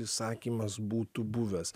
įsakymas būtų buvęs